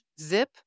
zip